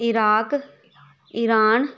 Iraq Iran